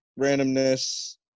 randomness